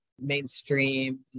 mainstream